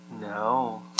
No